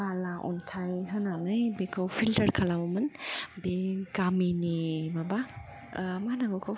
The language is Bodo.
बाला अन्थाइ होनानै बेखौ फिल्टार खालामोममोन बे गामिनि माबा मा होननांगौ बेखौ